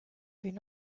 been